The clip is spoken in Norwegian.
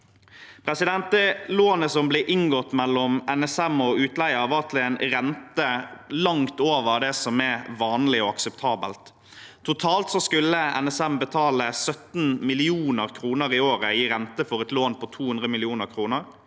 Det lånet som ble inngått mellom NSM og utleier, var til en rente langt over det som er vanlig og akseptabelt. Totalt skulle NSM betale 17 mill. kr i året i rente for et lån på 200 mill. kr.